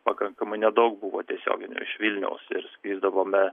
pakankamai nedaug buvo tiesioginių iš vilniaus ir skrisdavome